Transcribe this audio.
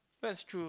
that's true